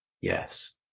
Yes